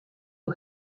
who